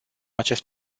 acest